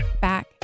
back